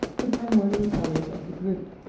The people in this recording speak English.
the primordial colours of the group.